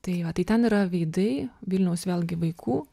tai va tai ten yra veidai vilniaus vėlgi vaikų